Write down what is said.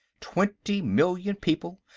twenty million people,